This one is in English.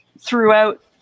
throughout